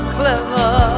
clever